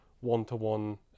one-to-one